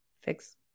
Fix